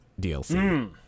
DLC